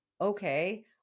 okay